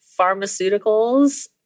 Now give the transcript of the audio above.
pharmaceuticals